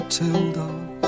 Matilda